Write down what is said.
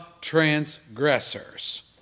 transgressors